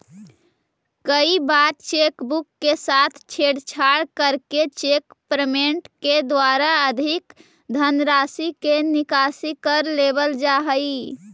कई बार cheque book के साथ छेड़छाड़ करके चेक पेमेंट के द्वारा अधिक धनराशि के निकासी कर लेवल जा हइ